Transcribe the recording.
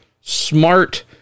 smart